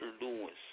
Lewis